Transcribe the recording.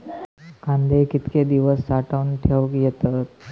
कांदे कितके दिवस साठऊन ठेवक येतत?